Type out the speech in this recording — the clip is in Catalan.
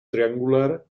triangular